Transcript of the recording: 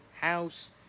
house